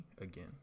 again